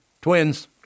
twins